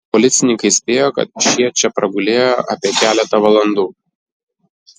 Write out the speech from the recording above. policininkai spėjo kad šie čia pragulėjo apie keletą valandų